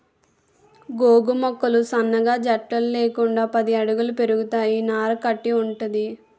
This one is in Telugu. గోగు మొక్కలు సన్నగా జట్టలు లేకుండా పది అడుగుల పెరుగుతాయి నార కట్టి వుంటది